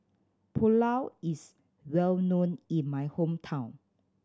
pulao is well known in my hometown